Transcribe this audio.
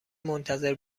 منتظر